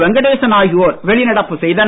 வெங்கடேசன் ஆகியோர் வெளிநடப்பு செய்தனர்